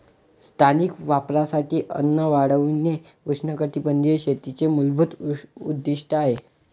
स्थानिक वापरासाठी अन्न वाढविणे उष्णकटिबंधीय शेतीचे मूलभूत उद्दीष्ट आहे